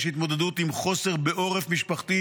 יש התמודדות עם חוסר בעורף משפחתי